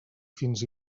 fins